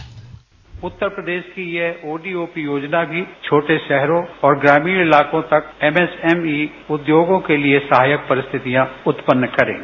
bite Uttar Pradesh की ये ODOP योजना छोटे शहरों और ग्रामीण इलाकों तक एमएसएमई उद्योगों के लिए सहायक परिस्थितियां उत्पन्न करेगी